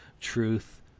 truth